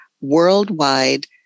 worldwide